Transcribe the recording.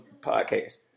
podcast